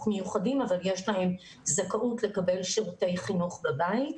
מיוחדים אבל יש להם זכאות לקבל שירותי בבית,